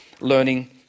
learning